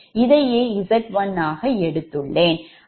இதையே Z1 ஆக எடுத்துள்ளேன்